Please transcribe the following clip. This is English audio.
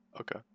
okay